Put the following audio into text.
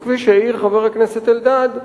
וכפי שהעיר חבר הכנסת אלדד,